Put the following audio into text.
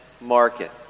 market